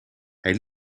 hij